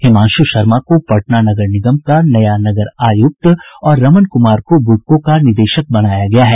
हिमांशु शर्मा को पटना नगर निगम का नया नगर आयुक्त और रमन कुमार को बुडको का निदेशक बनाया गया है